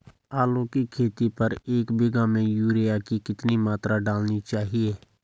आलू की खेती पर एक बीघा में यूरिया की कितनी मात्रा डालनी चाहिए?